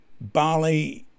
Bali